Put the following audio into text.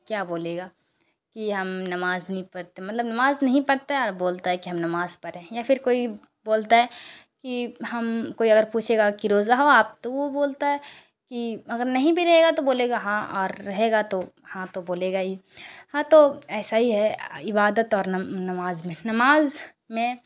کیا بولے گا کہ ہم نماز نہیں پڑھتے مطلب نماز نہیں پڑھتا ہے اور بولتا ہے کہ ہم نماز پڑھے ہیں یا پھر کوئی بولتا ہے کہ ہم کوئی اور اگر پوچھے گا کہ روزہ ہو آپ تو وہ بولتا ہے کہ اگر نہیں بھی رہے گا تو بولے گا ہاں اور رہے گا تو ہاں تو بولے گا ہی ہاں تو ایسا ہی ہے عبادت اور نماز میں نماز میں